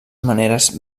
maneres